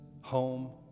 home